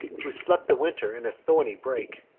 who slept the winter in a thorny brake,